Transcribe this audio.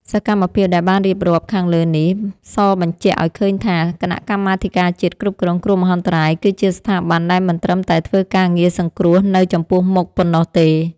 សកម្មភាពដែលបានរៀបរាប់ខាងលើនេះសបញ្ជាក់ឱ្យឃើញថា គណៈកម្មាធិការជាតិគ្រប់គ្រងគ្រោះមហន្តរាយគឺជាស្ថាប័នដែលមិនត្រឹមតែធ្វើការងារសង្គ្រោះនៅចំពោះមុខប៉ុណ្ណោះទេ។